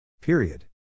Period